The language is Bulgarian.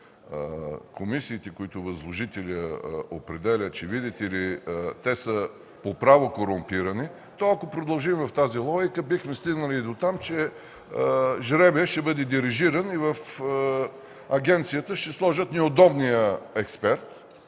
комисиите, които възложителят определя, че, видите ли, те са по право корумпирани, то, ако продължим в тази логика, бихме стигнали дотам, че жребият ще бъде дирижиран и в агенцията ще сложат неудобния експерт